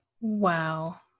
Wow